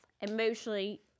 Emotionally